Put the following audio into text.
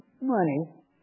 money